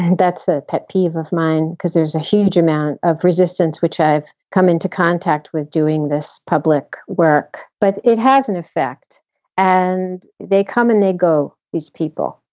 and that's a pet peeve of mine. because there's a huge amount of resistance which i've come into contact with doing this public work. but it has an effect and they come and they go, these people.